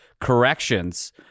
corrections